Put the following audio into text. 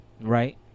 right